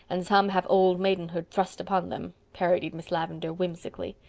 and some have old maidenhood thrust upon them, parodied miss lavendar whimsically.